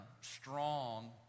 strong